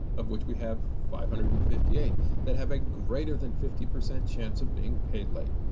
of which we have five hundred and fifty eight that have a greater than fifty percent chance of being paid late.